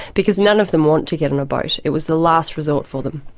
because none of them want to get on a boat, it was the last resort for them.